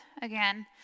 again